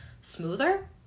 smoother